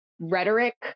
rhetoric